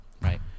Right